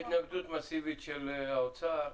והתנגדות מאסיבית של האוצר.